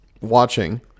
watching